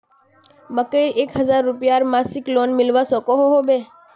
मकईर एक हजार रूपयार मासिक लोन मिलवा सकोहो होबे?